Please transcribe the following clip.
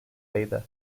düzeyde